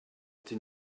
été